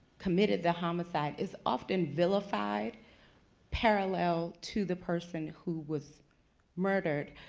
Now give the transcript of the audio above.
committed the homicide is often vilified parallel to the person who was murdered.